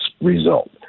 result